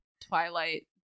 Twilight